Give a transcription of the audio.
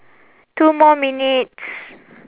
two more minutes